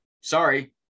Sorry